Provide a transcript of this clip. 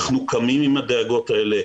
אנחנו קמים עם הדאגות האלה,